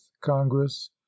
congress